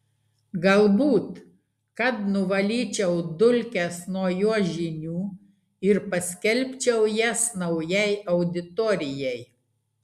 galbūt kad nuvalyčiau dulkes nuo jo žinių ir paskelbčiau jas naujai auditorijai